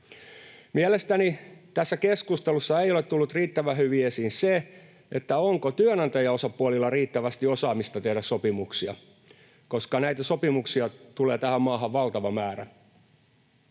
Mielestäni tässä keskustelussa ei ole tullut riittävän hyvin esiin se, onko työnantajaosapuolilla riittävästi osaamista tehdä sopimuksia, koska näitä sopimuksia tulee tähän maahan valtava määrä.